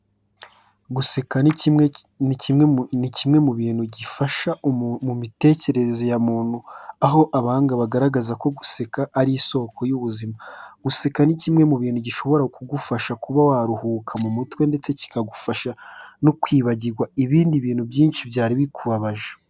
Guseka ni kimwe mu bintu gifasha mu mitekerereze ya muntu, aho abahanga bagaragaza ko guseka ari isoko y'ubuzima. Guseka ni kimwe mu bintu gishobora kugufasha kuba waruhuka mu mutwe ndetse kikagufasha no kwibagirwa ibindi bintu byinshi byari bikubabaje.